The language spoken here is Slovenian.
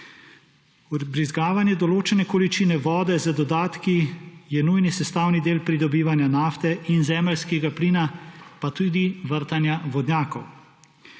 Vbrizgavanje določene količine vode z dodatki je nujni sestavni del pridobivanja nafte in zemeljskega plina, pa tudi vrtanja vodnjakov.